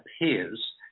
appears